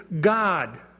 God